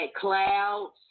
clouds